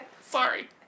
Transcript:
Sorry